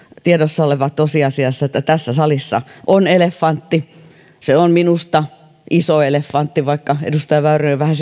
tiedossa oleva tosiasia että tässä salissa on elefantti se on minusta iso elefantti vaikka edustaja väyrynen on vähän